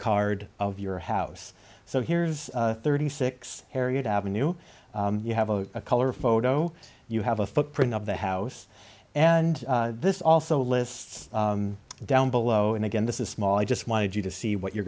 card of your house so here's thirty six harriet avenue you have a color photo you have a footprint of the house and this also lists down below and again this is small i just wanted you to see what you're